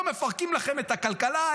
לא מפרקים לכם את הכלכלה,